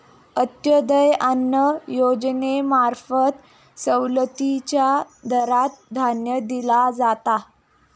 अंत्योदय अन्न योजनेंमार्फत सवलतीच्या दरात धान्य दिला जाता